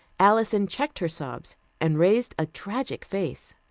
alison checked her sobs and raised a tragic face.